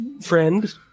friend